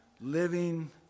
living